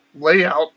layout